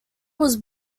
was